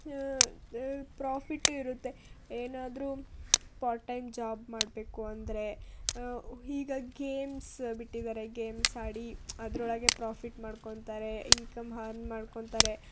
profit ಇರುತ್ತೆ ಏನಾದ್ರೂ part time job ಮಾಡಬೇಕು ಅಂದರೆ ಈಗ ಗೇಮ್ಸ ಬಿಟ್ಟಿದ್ದಾರೆ ಗೇಮ್ಸ್ ಆಡಿ ಅದರೊಳಗೆ ಪ್ರಾಫಿಟ್ ಮಾಡ್ಕೊತಾರೆ ಇನ್ಕಮ್ ಹರ್ನ್ ಮಾಡ್ಕೊತಾರೆ